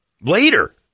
later